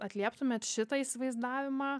atlieptumėte šitą įsivaizdavimą